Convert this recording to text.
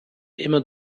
immer